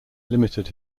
limited